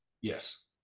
Yes